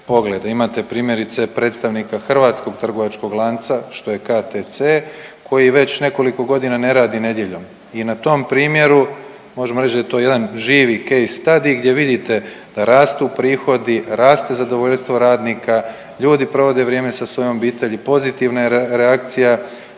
imate primjerice predstavnika Hrvatskog trgovačkog lanca što je KTC koji već nekoliko godina ne radi nedjeljom i na tom primjeru možemo reći da je to jedan živi key stadij gdje vidite rastu prihodi, raste zadovoljstvo radnika, ljudi provode vrijeme sa svojom obitelji, pozitivna je reakcija